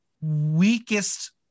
weakest